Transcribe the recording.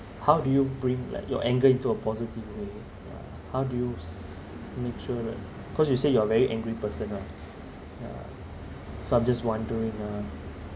how do you bring like your anger into a positive way how do you make sure cause you say you are a very angry person right ya so I'm just wondering ah